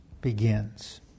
begins